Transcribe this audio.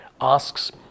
asks